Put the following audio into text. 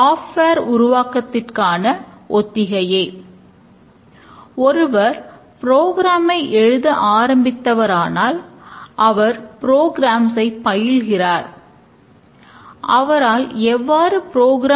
தற்போது கட்டமைக்கப்பட்ட பகுப்பாய்வு ஆகிய தலைப்புகளைப் பற்றி உரையாற்றப் போகிறோம்